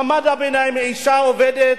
מעמד הביניים, האשה העובדת,